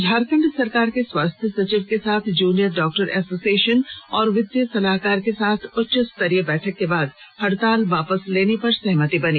झारखंड सरकार के स्वास्थ्य सचिव के साथ जूनियर डॉक्टर एसोसिएशन और वित्तीय सलाहकार के साथ उच्च स्तरीय बैठक के बाद हड़ताल वापस लेने पर सहमति बनी